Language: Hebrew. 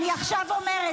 אני עכשיו אומרת,